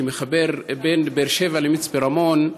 שמחבר בין באר שבע למצפה רמון,